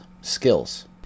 skills